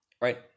right